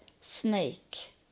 snake